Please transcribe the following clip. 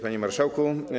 Panie Marszałku!